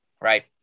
Right